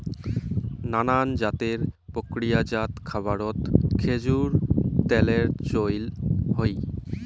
নানান জাতের প্রক্রিয়াজাত খাবারত খেজুর ত্যালের চইল হই